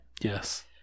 yes